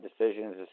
decisions